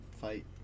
fight